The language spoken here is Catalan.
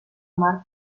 mar